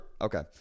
Okay